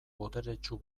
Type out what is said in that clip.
boteretsu